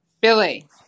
Billy